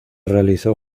realizó